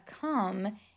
come